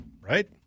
right